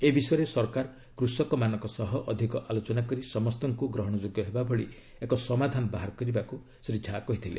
ଏ ବିଷୟରେ ସରକାର କୃଷକମାନଙ୍କ ସହ ଅଧିକ ଆଲୋଚନା କରି ସମସ୍ତଙ୍କୁ ଗ୍ରହଣଯୋଗ୍ୟ ହେବାଭଳି ଏକ ସମାଧାନ ବାହାର କରିବାକୁ ଶ୍ରୀ ଝା କହିଥିଲେ